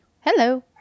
Hello